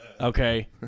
Okay